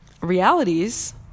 realities